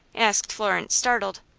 asked florence, startled.